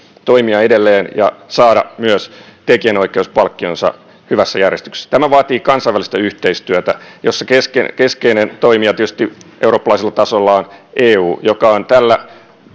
toimia edelleen ja saada myös tekijänoikeuspalkkionsa hyvässä järjestyksessä tämä vaatii kansainvälistä yhteistyötä jossa keskeinen keskeinen toimija tietysti eurooppalaisella tasolla on eu joka on tällä